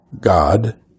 God